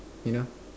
you know